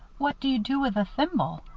what do you do with the thimble?